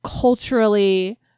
culturally